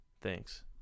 Thanks